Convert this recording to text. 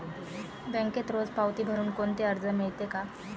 बँकेत रोज पावती भरुन कोणते कर्ज मिळते का?